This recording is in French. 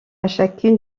chacune